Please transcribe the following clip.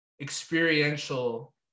Experiential